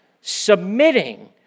submitting